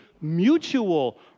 mutual